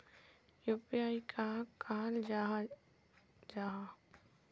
UPI कहाक कहाल जाहा जाहा?